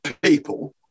people